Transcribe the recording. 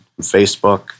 facebook